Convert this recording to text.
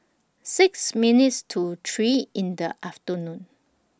six minutes to three in The afternoon